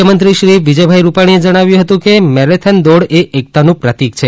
મુખ્યમંત્રીશ્રી રૂપાણીએ જણાવ્યું હતું કે મેરેથીન દોડ એ એકતાનું પ્રતિક છે